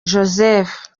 joseph